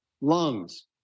lungs